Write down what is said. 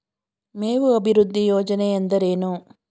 ಮೇವು ಅಭಿವೃದ್ಧಿ ಯೋಜನೆ ಎಂದರೇನು?